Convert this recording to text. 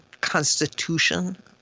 constitution